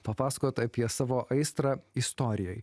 papasakot apie savo aistrą istorijai